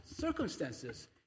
circumstances